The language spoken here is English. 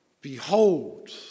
Behold